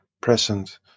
Present